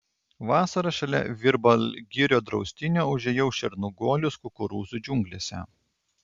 vasarą šalia virbalgirio draustinio užėjau šernų guolius kukurūzų džiunglėse